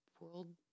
World